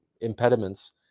impediments